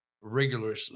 regularly